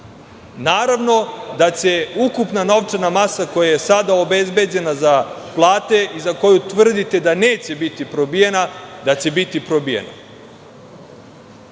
naravno da će ukupna novčana masa koja je sada obezbeđena za plate i za koju tvrdite da neće biti probijena, da će biti probijena. Očekujem